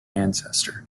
ancestor